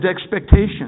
expectations